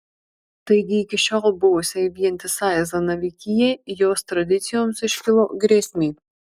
taigi iki šiol buvusiai vientisai zanavykijai jos tradicijoms iškilo grėsmė